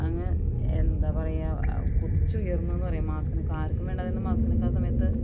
അങ്ങ് എന്താണ് പറയുക കുതിച്ചു ഉയർന്നുവെന്ന് പറയാം മാസ്കിനൊക്കെ ആർക്കും വേണ്ടാതിരുന്ന മാസ്കിനൊക്കെ ആ സമയത്ത്